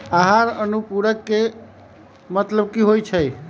आहार अनुपूरक के मतलब की होइ छई?